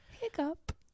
Hiccup